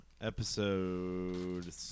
episode